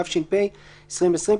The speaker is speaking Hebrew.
התש"ף 2020,